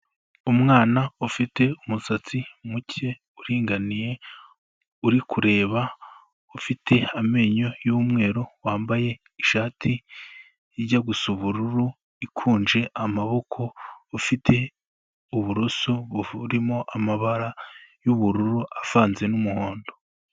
Umwana ufite umusatsi muke uringaniye, uri kureba, ufite amenyo y'umweru, wambaye ishati ijya gusa ubururu, ikunje amaboko, ufite uburoso burimo amabara y'ubururu avanze n'umuhondo.